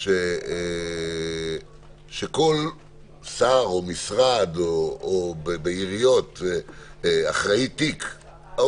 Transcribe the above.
זה שכל שר, משרד, או אחראי תיק בעיריות